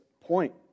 point